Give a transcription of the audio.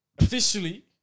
Officially